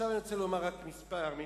עכשיו אני רוצה לומר כמה מלים,